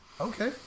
Okay